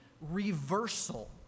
reversal